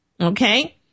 Okay